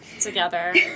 together